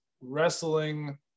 wrestling